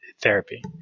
therapy